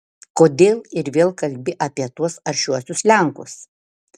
kodėl ir vėl kalbi apie tuos aršiuosius lenkus